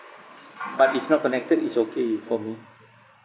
but if not connected is okay for me